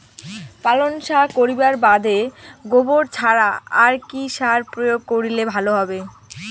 পালং শাক করিবার বাদে গোবর ছাড়া আর কি সার প্রয়োগ করিলে ভালো হবে?